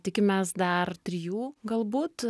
tikimės dar trijų galbūt